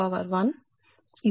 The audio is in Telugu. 55147